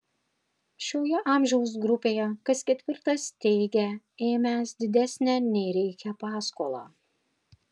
šioje amžiaus grupėje kas ketvirtas teigia ėmęs didesnę nei reikia paskolą